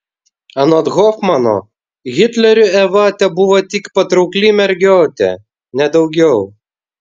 anot hofmano hitleriui eva tebuvo tik patraukli mergiotė ne daugiau